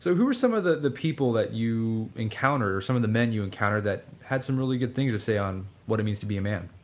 so who are some of the the people that you encounter, or some of the man you encounter that had some really good things to say on what it means to be a man?